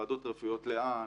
ועדות רפואיות לאן,